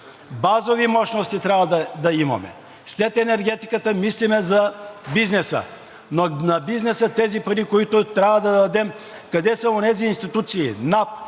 Базови мощности трябва да имаме. След енергетиката мислим за бизнеса. Но на бизнеса тези пари, които трябва да дадем, къде са онези институции – НАП,